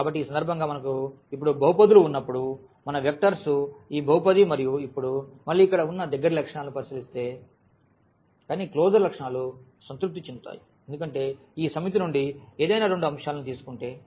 కాబట్టి ఈ సందర్భంగా మనకు ఇప్పుడు బహుపదులు ఉన్నప్పుడు మన వెక్టర్స్ ఈ బహుపది మరియు ఇప్పుడు మళ్ళీ ఇక్కడ ఉన్న దగ్గరి లక్షణాలను పరిశీలిస్తే కానీ క్లోజర్ లక్షణాలు సంతృప్తి చెందుతాయి ఎందుకంటే ఈ సమితి నుండి ఏదైనా రెండు అంశాలను తీసుకుంటే